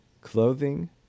clothing